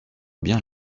bien